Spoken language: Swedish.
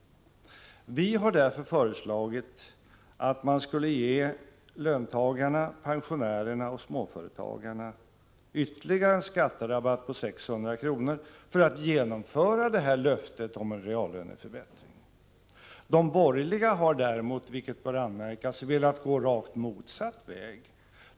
Vi har därför föreslagit att man skulle ge löntagarna, pensionärerna och småföretagarna en ytterligare skatterabatt på 600 kr. för att genomföra löftet om reallöneförbättringar. De borgerliga har däremot — vilket bör anmärkas — velat gå den rakt motsatta vägen.